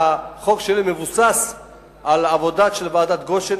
החוק שלי מבוסס על עבודה של ועדת-גושן,